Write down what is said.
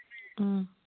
ꯎꯝ